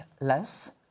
less